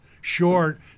short